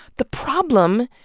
the problem,